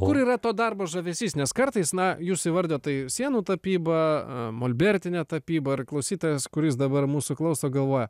kur yra to darbo žavesys nes kartais na jūsų įvardijot tai sienų tapyba molbertinė tapyba ir klausytojas kuris dabar mūsų klauso galvoja